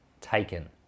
taken